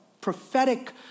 prophetic